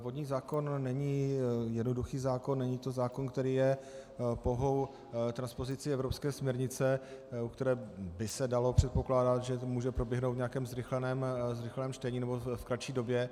Vodní zákon není jednoduchý zákon, není to zákon, který je pouhou transpozicí evropské směrnice, u které by se dalo předpokládat, že to může proběhnout v nějakém zrychleném čtení nebo v kratší době.